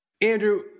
Andrew